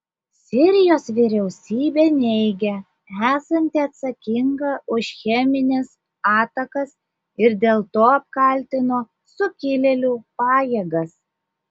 sirijos vyriausybė neigia esanti atsakinga už chemines atakas ir dėl to apkaltino sukilėlių pajėgas